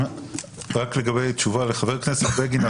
רק לגבי תשובה לחבר הכנסת בגין.